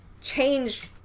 change